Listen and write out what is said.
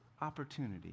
opportunity